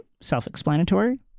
self-explanatory